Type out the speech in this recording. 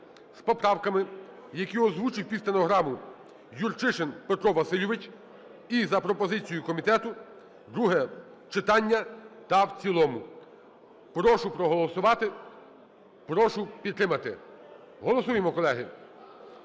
з поправками, які озвучив під стенограму Юрчишин Петро Васильович, і за пропозицією комітету - друге читання та в цілому. Прошу проголосувати. Прошу підтримати. Голосуємо, колеги.